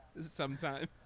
sometime